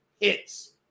hits